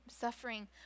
suffering